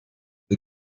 wir